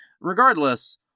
Regardless